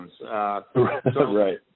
Right